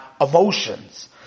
emotions